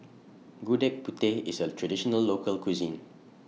Gudeg Putih IS A Traditional Local Cuisine